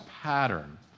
pattern